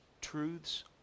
truths